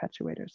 perpetuators